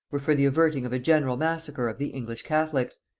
were for the averting of a general massacre of the english catholics,